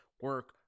Work